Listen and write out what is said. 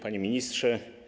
Panie Ministrze!